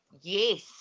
Yes